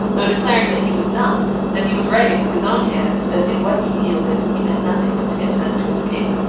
though declaring that he was not and he was writing, with his own hand, that in what he yielded he meant nothing but to get time to escape.